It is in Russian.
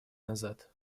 назад